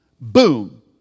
boom